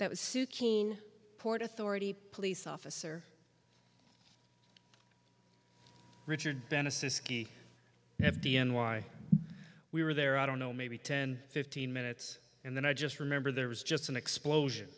was sue keene port authority police officer richard bennison ski and d n why we were there i don't know maybe ten fifteen minutes and then i just remember there was just an explosion